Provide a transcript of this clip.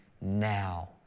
now